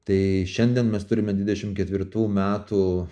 tai šiandien mes turime dvidešim ketvirtų metų